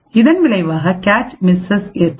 இதன் விளைவாக cache misses ஏற்படும்